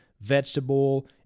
vegetable